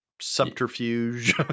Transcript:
subterfuge